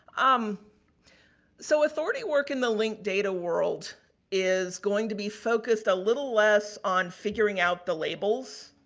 um so, authority worked in the linked data world is going to be focused a little less on figuring out the labels